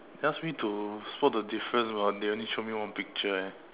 they ask me to spot the difference but they only show me one picture eh